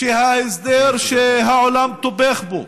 שההסדר שהעולם תומך בו,